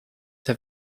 have